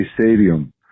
Stadium